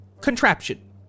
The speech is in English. contraption